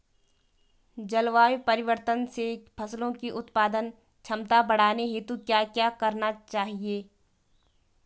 जलवायु परिवर्तन से फसलों की उत्पादन क्षमता बढ़ाने हेतु क्या क्या करना चाहिए?